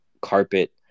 carpet